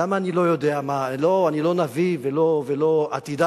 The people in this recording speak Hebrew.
למה אני לא יודע מה, לא, אני לא נביא ולא עתידן,